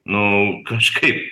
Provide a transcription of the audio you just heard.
nu kažkaip